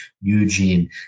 Eugene